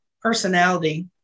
personality